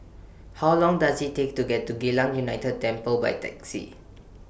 How Long Does IT Take to get to Geylang United Temple By Taxi